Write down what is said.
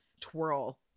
twirl